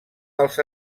dels